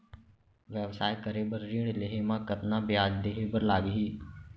व्यवसाय करे बर ऋण लेहे म कतना ब्याज देहे बर लागही?